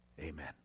amen